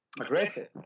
Aggressive